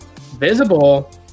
visible